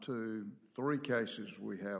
to three cases we have